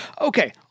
Okay